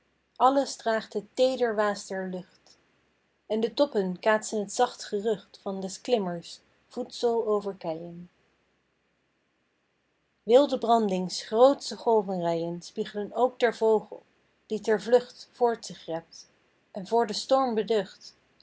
alles draagt het teeder waas der lucht en de toppen kaatsen t zacht gerucht van des klimmers voetzool over keien wilde brandings grootsche golvenreien spieglen ook den vogel die ter vlucht voort zich rept en voor den storm beducht